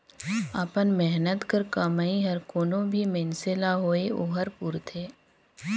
अपन मेहनत कर कमई हर कोनो भी मइनसे ल होए ओहर पूरथे